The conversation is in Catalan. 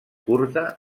curta